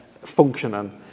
functioning